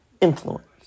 Influence